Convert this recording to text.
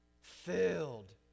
filled